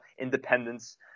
independence